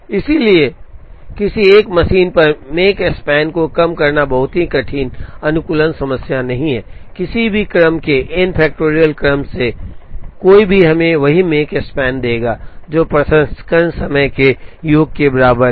इसलिए इसलिए किसी एक मशीन पर Makespan को कम करना एक बहुत ही कठिन अनुकूलन समस्या नहीं है किसी भी क्रम के n factorial क्रम में से कोई भी हमें वही Makespan देगा जो प्रसंस्करण समय के योग के बराबर है